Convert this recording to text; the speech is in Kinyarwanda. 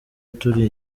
turi